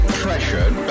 pressured